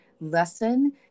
Lesson